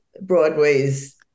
Broadway's